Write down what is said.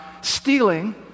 stealing